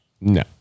No